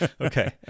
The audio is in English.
Okay